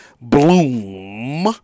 bloom